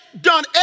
done